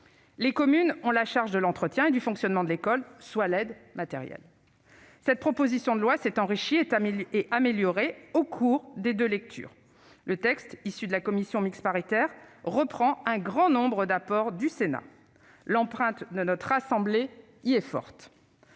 Les communes ont la charge de l'entretien et du fonctionnement de l'école, c'est-à-dire de l'aide matérielle. Cette proposition de loi s'est enrichie et améliorée au fil des deux lectures. Le texte issu des travaux de la commission mixte paritaire reprend un grand nombre d'apports du Sénat. L'empreinte de notre assemblée y est forte.